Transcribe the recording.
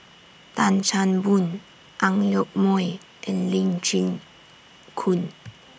Tan Chan Boon Ang Yoke Mooi and Lee Chin Koon